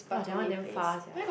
[wah] that one damn far sia